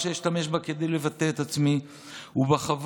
כדי לבטא את עצמי ובכבוד